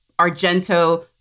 Argento